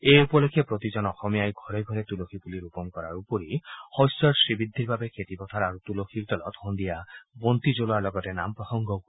এই উপলক্ষে প্ৰতিজন অসমীয়াই ঘৰে ঘৰে তুলসী পুলি ৰোপণ কৰাৰ উপৰি শস্যৰ শ্ৰীবৃদ্ধিৰ বাবে খেতি পথাৰ আৰু তুলসীৰ তলত সন্ধিয়া বন্তি জলোৱাৰ লগতে নাম প্ৰসংগও কৰিব